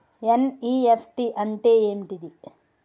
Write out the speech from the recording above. NEFT అంటే ఏంటిది?